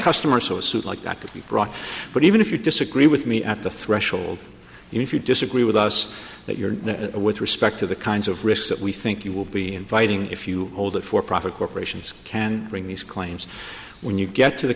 customer so a suit like that could be brought but even if you disagree with me at the threshold if you disagree with us that you're with respect to the kinds of risks that we think you will be inviting if you hold it for profit corporations can bring these claims when you get to the